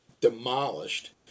demolished